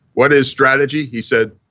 what is strategy? he said,